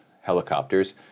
helicopters